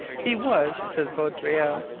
he was says vaudreuil,